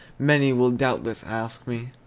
many will doubtless ask me,